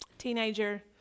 teenager